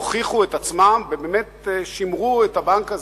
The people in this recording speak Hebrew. הוכיחו את עצמם ובאמת שימרו את הבנק הזה.